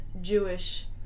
Jewish